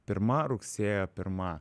pirma rugsėjo pirma